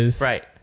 Right